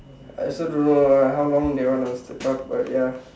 I also don't know lah how long they want us to talk ya